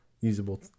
usable